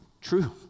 True